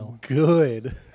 Good